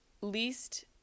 Least